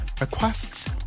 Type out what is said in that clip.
requests